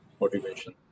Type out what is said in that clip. motivation